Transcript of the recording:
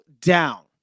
down